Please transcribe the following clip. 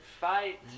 fight